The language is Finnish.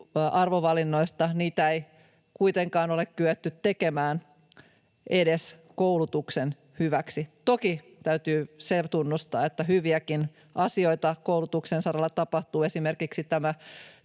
arvovalinnoista, niitä ei kuitenkaan ole kyetty tekemään edes koulutuksen hyväksi. Toki täytyy se tunnustaa, että hyviäkin asioita koulutuksen saralla tapahtuu. Esimerkiksi tämä